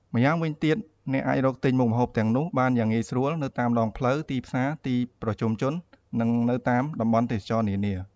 ម្យ៉ាងវិញទៀត អ្នកអាចរកទិញមុខម្ហូបទាំងនោះបានយ៉ាងងាយស្រួលនៅតាមដងផ្លូវ ទីផ្សារ ទីប្រជុំជន និងនៅតាមតំបន់ទេសចរណ៍នានា។